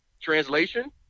Translation